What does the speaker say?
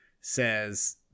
says